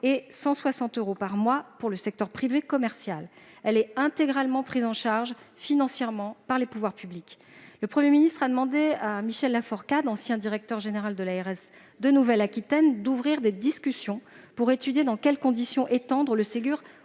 de 160 euros par mois pour le secteur privé commercial. Elle est intégralement prise en charge, financièrement, par les pouvoirs publics. Le Premier ministre a demandé à Michel Laforcade, l'ancien directeur général de l'agence régionale de santé (ARS) de Nouvelle-Aquitaine, d'ouvrir des discussions pour étudier dans quelles conditions étendre le Ségur